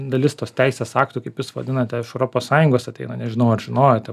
dalis tos teisės aktų kaip jūs vadinate iš europos sąjungos ateina nežinau ar žinojote